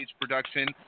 production